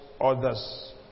others